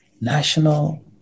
national